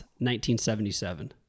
1977